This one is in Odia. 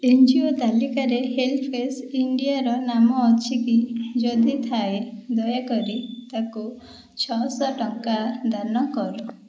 ଏନ୍ ଜି ଓ ତାଲିକାରେ ହେଲ୍ପେଜ୍ ଇଣ୍ଡିଆର ନାମ ଅଛି କି ଯଦି ଥାଏ ଦୟାକରି ତାକୁ ଛଅଶହ ଟଙ୍କା ଦାନ କର